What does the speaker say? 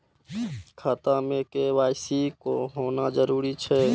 खाता में के.वाई.सी होना जरूरी छै?